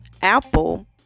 Apple